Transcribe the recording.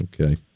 Okay